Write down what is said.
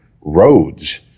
roads